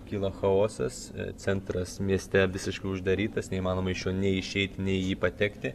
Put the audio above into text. kyla chaosas centras mieste visiškai uždarytas neįmanoma iš jo nei išeit nei į jį patekti